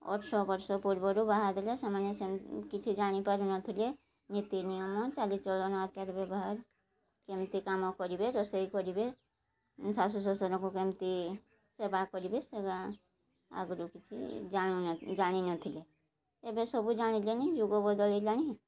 ଅଠର ବର୍ଷ ପୂର୍ବରୁ ବାହାଦେଲେ ସେମାନେ ସେ କିଛି ଜାଣିପାରୁ ନଥିଲେ ନୀତି ନିୟମ ଚାଲିଚଳନ ଆଚାର ବ୍ୟବହାର କେମିତି କାମ କରିବେ ରୋଷେଇ କରିବେ ଶାଶୁ ଶଶୁରକୁ କେମିତି ସେବା କରିବେ ସେ ଆଗରୁ କିଛି ଜାଣୁ ଜାଣିନଥିଲେ ଏବେ ସବୁ ଜାଣିଲେନି ଯୁଗ ବଦଳିଲାଣି